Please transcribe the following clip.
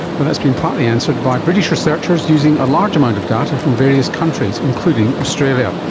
well, that's been partly answered by british researchers using a large amount of data from various countries, including australia.